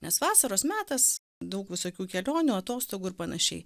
nes vasaros metas daug visokių kelionių atostogų ir panašiai